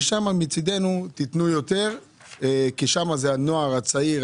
שם מצדנו תתנו יותר כי שם נמצא הנוער הצעיר,